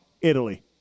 Italy